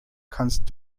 kannst